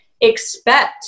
expect